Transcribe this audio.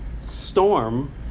storm